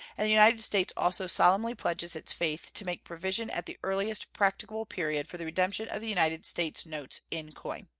and the united states also solemnly pledges its faith to make provision at the earliest practicable period for the redemption of the united states notes in coin.